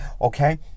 Okay